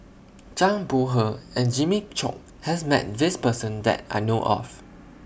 Zhang Bohe and Jimmy Chok has Met This Person that I know of